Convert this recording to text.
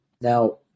Now